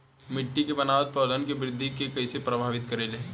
मिट्टी के बनावट पौधन के वृद्धि के कइसे प्रभावित करे ले?